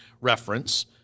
reference